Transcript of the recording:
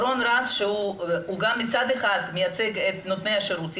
שהוא גם מצד אחד מייצג את נותני השירותים